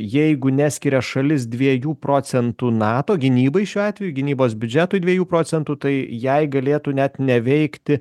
jeigu neskiria šalis dviejų procentų nato gynybai šiuo atveju gynybos biudžetui dviejų procentų tai jai galėtų net neveikti